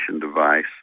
device